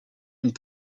une